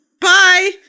Bye